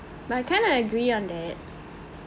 but I kinda agree on that